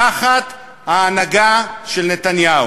תחת ההנהגה של נתניהו.